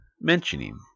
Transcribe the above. mentioning